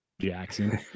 Jackson